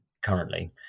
currently